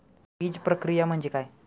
बीजप्रक्रिया म्हणजे काय?